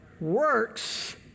Works